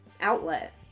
outlet